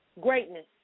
greatness